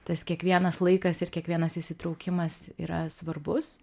tas kiekvienas laikas ir kiekvienas įsitraukimas yra svarbus